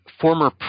former